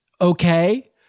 okay